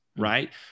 right